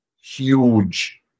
huge